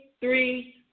three